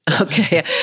Okay